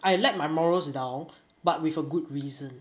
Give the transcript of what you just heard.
I let my morals down but with a good reason